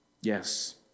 Yes